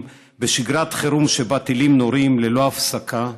בשגרת חירום שבה טילים נורים ללא הפסקה.